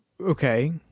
Okay